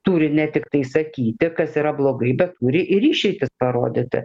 turi ne tiktai sakyti kas yra blogai bet turi ir išeitis parodyti